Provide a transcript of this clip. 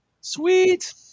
Sweet